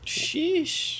Sheesh